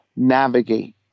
navigate